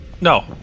No